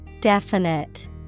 Definite